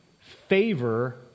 favor